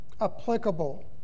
applicable